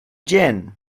gin